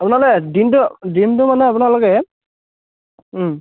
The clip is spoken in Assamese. আপোনালোকে দিনটো দিনটো মানে আপোনালোকে